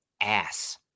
ass